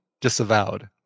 disavowed